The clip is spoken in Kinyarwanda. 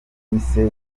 yise